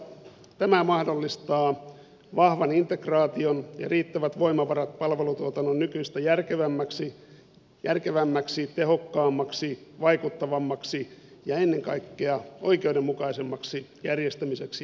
tämä mahdollistaa vahvan integraation ja riittävät voimavarat palvelutuotannon nykyistä järkevämmäksi tehokkaammaksi vaikuttavammaksi ja ennen kaikkea oikeudenmukaisemmaksi järjestämiseksi ja toteuttamiseksi